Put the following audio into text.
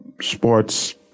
Sports